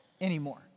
anymore